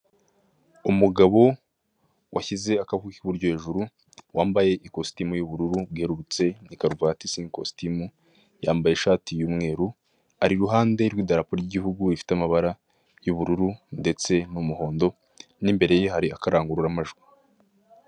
Umugabo washyize akaboko k'iburyo hejuru. Wambaye ikostimu y'ubururu bwerurutse n'ikaruvati isa nk'ikostimu yambaye ishati y'umweru. Ari iruhande rw'idarapo ry'igihugu, rifite amabara y'ubururu, ndetse n'umuhondo. N'imbere ye hari akarangururamajwi.